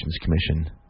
commission